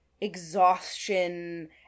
exhaustion